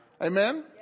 Amen